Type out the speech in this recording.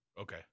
Okay